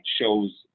shows